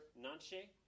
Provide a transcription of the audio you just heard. nanshe